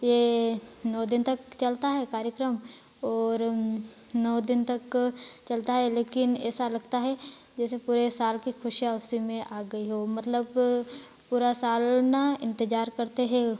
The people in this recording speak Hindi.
ये नौ दिन तक चलता है कार्यक्रम और नौ दिन तक चलता है लेकिन ऐसा लगता है जैसे पूरे साल की खुशियाँ उसी में आ गई हो मतलब पूरा साल ना इंतज़ार करते हैं